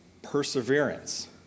Perseverance